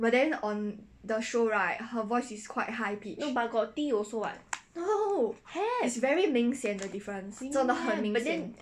no but got 低 also what have really meh but then